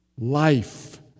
life